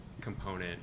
component